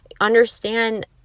understand